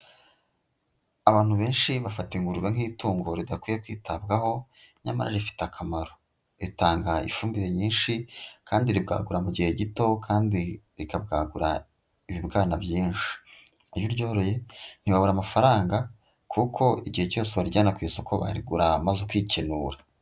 Abantu benshi bafata ingurube nk'itungo ridakwiye kwitabwaho nyamara rifite akamaro, ritanga ifumbire nyinshi kandi ribwagura mu gihe gito kandi rikabwagura ibibwana byinshi. Iyo uryoroye ntiwabura amafaranga kuko igihe cyose warijyana ku isoko barigura maze ukikenura.